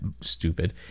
stupid